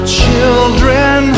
children